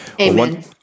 Amen